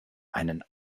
einen